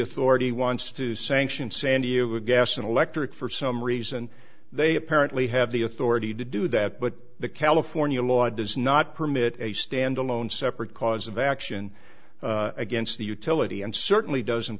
authority wants to sanction sandia a gas and electric for some reason they apparently have the authority to do that but the california law does not permit a standalone separate cause of action against the utility and certainly doesn't